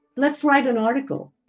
let's write an article.